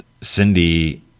Cindy